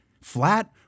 Flat